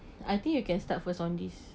I think you can start first on this